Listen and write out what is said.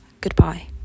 Goodbye